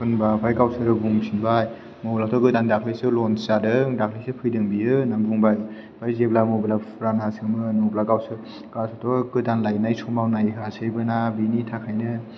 होनबा आमफाय गावसोरो बुंफिनबाय मबाइलाथ' गोदान दाख्लिसो लन्स जादों दाख्लिसो फैदों बियो होनानै बुंबाय जेब्ला मबाइला फुरानासोमोन अब्ला गावसोर गावसोरथ' गोदान लायनाय समाव नायहोयासैबोना बिनि थाखायनो